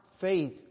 faith